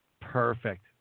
Perfect